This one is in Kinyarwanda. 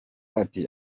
ati